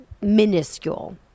minuscule